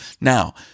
Now